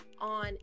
on